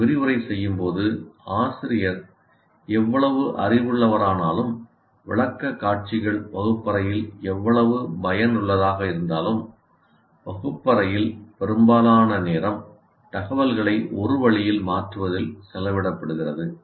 நீங்கள் விரிவுரை செய்யும் போது ஆசிரியர் எவ்வளவு அறிவுள்ளவரானாலும் விளக்கக்காட்சிகள் வகுப்பறையில் எவ்வளவு பயனுள்ளதாக இருந்தாலும் வகுப்பறையில் பெரும்பாலான நேரம் தகவல்களை ஒரு வழியில் மாற்றுவதில் செலவிடப்படுகிறது